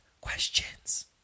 questions